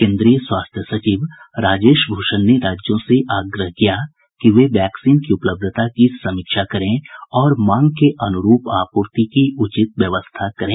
केन्द्रीय स्वास्थ्य सचिव राजेश भूषण ने राज्यों से आग्रह किया कि वे वैक्सीन की उपलब्धता की समीक्षा करें और मांग के अनुरूप आपूर्ति की उचित व्यवस्था करें